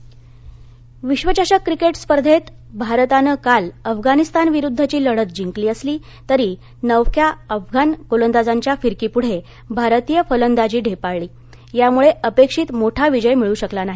cricket विश्वचषक cricket स्पर्धेत भारतानं काल अफगाणिस्तान विरुद्धची लढत जिंकली असली तरी नवख्या अफगाण गोलंदाजांच्या फिरकीपुढे भारतीय फलंदाजी ढेपाळली त्यामुळे अपेक्षित मोठा विजय मिळू शकला नाही